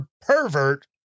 pervert